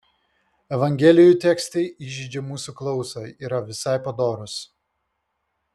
evangelijų tekstai įžeidžią mūsų klausą yra visai padorūs